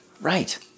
Right